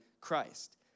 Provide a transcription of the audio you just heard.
Christ